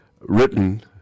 written